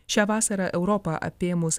šią vasarą europą apėmus